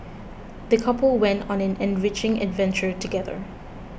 the couple went on an enriching adventure together